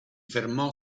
fermò